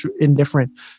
indifferent